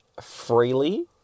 freely